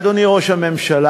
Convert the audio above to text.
אדוני ראש הממשלה,